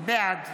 בעד